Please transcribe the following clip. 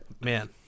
Man